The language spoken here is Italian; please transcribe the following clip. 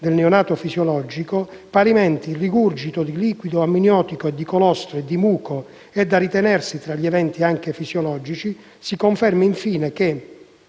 al neonato fisiologico. Parimenti, il rigurgito di liquido amniotico, di colostro e di muco è da ritenersi tra gli eventi fisiologici. Si conferma, infine, che